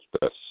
best